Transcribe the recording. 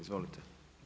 Izvolite.